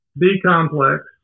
B-complex